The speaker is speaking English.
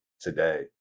today